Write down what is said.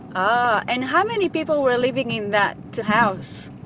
um and how many people were living in that house?